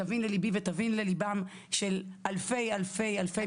תבין לליבי ותבין לליבם של אלפי מתמודדי נפש.